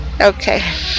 okay